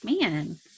Man